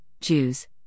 Jews